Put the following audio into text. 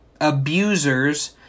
abusers